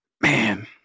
Man